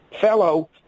fellow